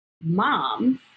moms